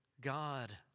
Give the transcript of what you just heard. God